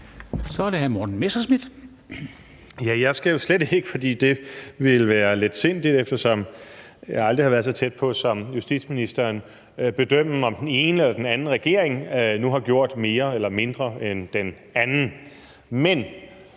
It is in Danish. Kl. 16:25 Morten Messerschmidt (DF): Jeg skal jo slet ikke – for det ville være letsindigt, eftersom jeg aldrig har været så tæt på som justitsministeren – bedømme, om den ene regering nu har gjort mere eller mindre end den anden. Men